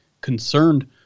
concerned